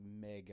mega